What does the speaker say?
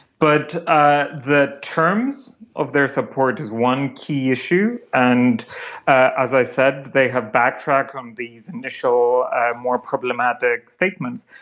but ah the terms of their support is one key issue. and as i said, they have backtracked on these initial more problematic statements.